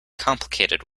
complicated